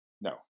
no